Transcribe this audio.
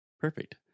Perfect